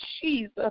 Jesus